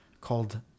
called